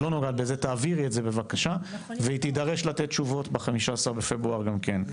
תעבירי את זה בבקשה והיא תידרש לתת תשובות ב-15 בפברואר גם כן,